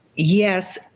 Yes